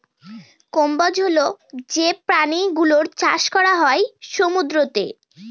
কম্বোজ হল যে প্রাণী গুলোর চাষ করা হয় সমুদ্রতে